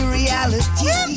reality